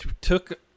took